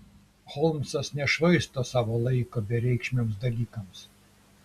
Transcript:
holmsas nešvaisto savo laiko bereikšmiams dalykams